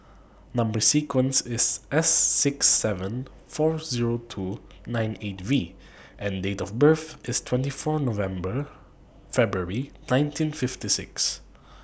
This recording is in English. Number sequence IS S six seven four Zero two nine eight V and Date of birth IS twenty four November February one thousand nineteen fifty six